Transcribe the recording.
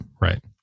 Right